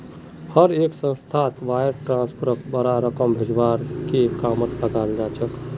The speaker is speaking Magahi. हर एक संस्थात वायर ट्रांस्फरक बडा रकम भेजवार के कामत लगाल जा छेक